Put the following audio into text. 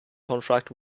contract